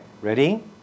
ready